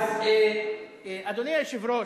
אדוני היושב-ראש,